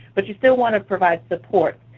but you still want to provide support.